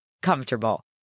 Comfortable